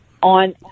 on